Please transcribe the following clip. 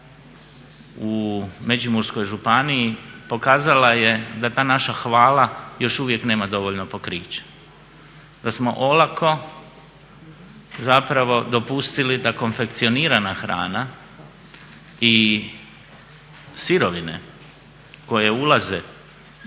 u Međimurskoj županiji pokazala je da ta naša hvala još uvijek nema dovoljno pokrića, da smo olako zapravo dopustili da konfekcionirana hrana i sirovine koje ulaze